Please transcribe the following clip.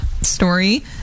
story